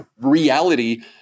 reality